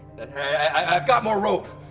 i i i i i've got more rope.